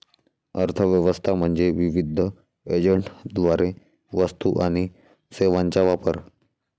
अर्थ व्यवस्था म्हणजे विविध एजंटद्वारे वस्तू आणि सेवांचा वापर